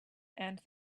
and